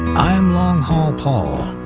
i'm long haul paul.